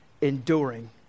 enduring